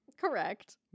Correct